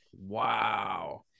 wow